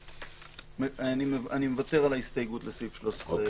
אני מוותר על ההסתייגות לסעיף 13 (ה1).